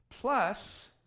plus